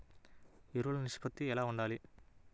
ఎరువులు నిష్పత్తి ఎలా ఉండాలి?